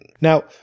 now